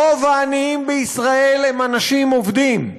רוב העניים בישראל הם אנשים עובדים.